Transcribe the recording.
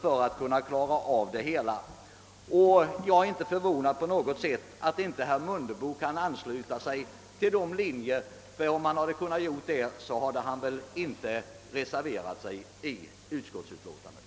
Jag är inte på något sätt förvånad över att herr Mundebo inte kan ansluta sig till dessa linjer, ty om han hade kunnat göra det hade han väl inte reserverat sig i utskottsutlåtandet.